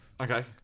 Okay